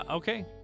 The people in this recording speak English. Okay